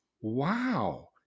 wow